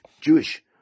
Jewish